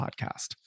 podcast